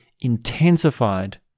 intensified